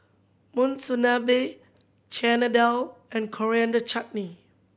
Monsunabe Chana Dal and Coriander Chutney